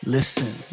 Listen